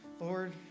Lord